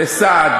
בסעד,